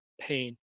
pain